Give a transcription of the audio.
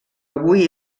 avui